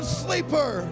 sleeper